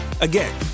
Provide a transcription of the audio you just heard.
Again